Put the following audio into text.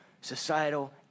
societal